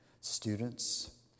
students